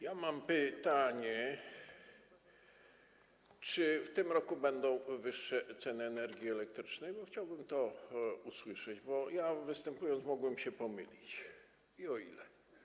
Ja mam takie pytanie: Czy w tym roku będą wyższe ceny energii elektrycznej - chciałbym to usłyszeć, bo ja występując, mogłem się pomylić - i o ile?